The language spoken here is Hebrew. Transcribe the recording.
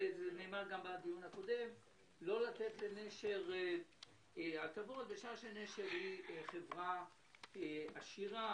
נאמר בדיון הקודם שלא לתת לנשר הטבות בשעה שנשר היא חברה עשירה,